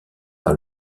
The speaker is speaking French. par